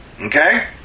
Okay